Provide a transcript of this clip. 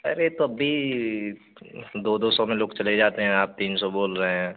अरे तब भी दो दो सौ में लोग चले जाते हैं आप तीन सौ बोल रहे हैं